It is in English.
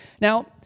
Now